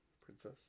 Princess